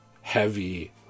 heavy